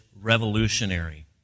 revolutionary